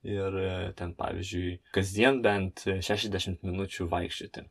ir ten pavyzdžiui kasdien bent šešiasdešm minučių vaikščioti